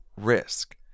risk